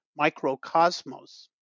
Microcosmos